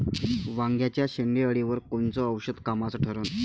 वांग्याच्या शेंडेअळीवर कोनचं औषध कामाचं ठरन?